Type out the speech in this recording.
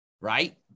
right